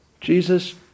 Jesus